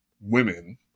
women